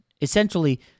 Essentially